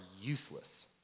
useless